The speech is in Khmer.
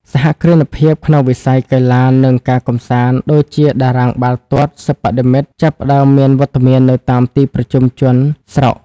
សហគ្រិនភាពក្នុងវិស័យ "កីឡា និងការកម្សាន្ត" ដូចជាតារាងបាល់ទាត់សិប្បនិម្មិត ចាប់ផ្ដើមមានវត្តមាននៅតាមទីប្រជុំជនស្រុក។